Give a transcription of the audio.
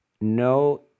No